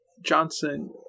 Johnson –